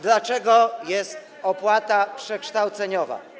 Dlaczego jest opłata przekształceniowa?